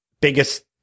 biggest